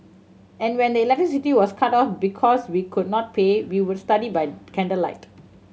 and when the electricity was cut off because we could not pay we would study by candlelight